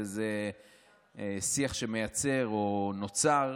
זה שיח שמייצר או נוצר